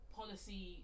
policy